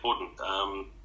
important